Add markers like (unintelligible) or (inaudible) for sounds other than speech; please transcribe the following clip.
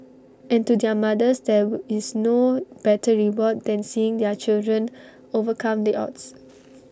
and to their mothers there (unintelligible) is no better reward than seeing their children overcome the odds